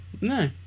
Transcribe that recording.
No